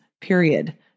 period